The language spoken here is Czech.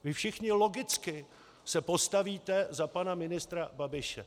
Vy se všichni logicky postavíte za pana ministra Babiše.